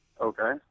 okay